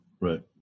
Right